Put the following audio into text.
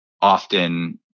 often